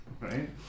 right